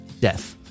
Death